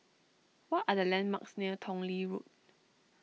what are the landmarks near Tong Lee Road